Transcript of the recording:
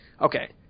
okay